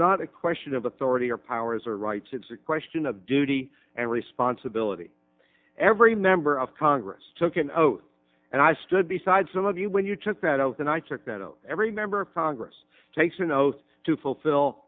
not a question of authority or powers or rights it's a question of duty and responsibility every member of congress took an oath and i stood beside some of you when you took that oath and i took that oath every member of congress takes an oath to fulfill